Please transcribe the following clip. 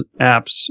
apps